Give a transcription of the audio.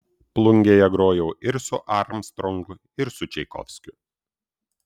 plungėje grojau ir su armstrongu ir su čaikovskiu